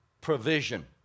provision